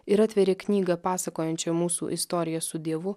ir atveria knygą pasakojančią mūsų istorija su dievu